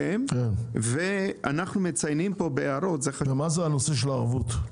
מה זה הנושא של הערבות?